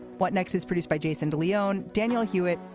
what next is produced by jason de leon. daniel hewitt.